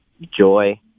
joy